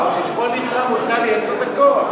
על חשבון מכסה מותר לי עשר דקות.